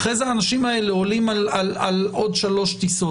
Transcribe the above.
אחר כך האנשים האלה עולים על עוד שלוש טיסות.